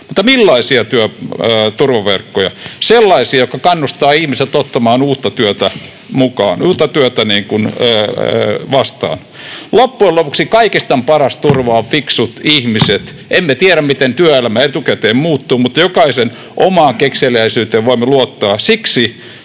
Mutta millaisia turvaverkkoja? Sellaisia, jotka kannustavat ihmisiä ottamaan uutta työtä vastaan. Loppujen lopuksi kaikista paras turva on fiksut ihmiset. Emme tiedä etukäteen, miten työelämä muuttuu, mutta jokaisen omaan kekseliäisyyteen voimme luottaa. Siksi